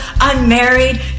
unmarried